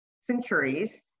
centuries